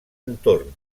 entorn